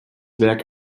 werk